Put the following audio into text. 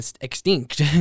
extinct